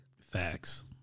facts